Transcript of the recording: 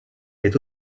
est